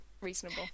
reasonable